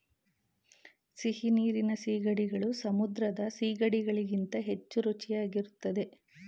ಸಿಹಿನೀರಿನ ಸೀಗಡಿಗಳು ಸಮುದ್ರದ ಸಿಗಡಿ ಗಳಿಗಿಂತ ಹೆಚ್ಚು ರುಚಿಯಾಗಿರುತ್ತದೆ